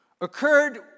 occurred